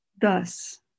Thus